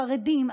חרדים,